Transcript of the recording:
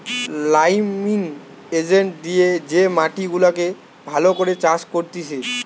liming agent দিয়ে যে মাটি গুলাকে ভালো করে চাষ করতিছে